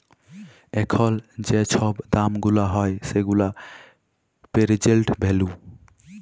এখল যে ছব দাম গুলা হ্যয় সেগুলা পের্জেল্ট ভ্যালু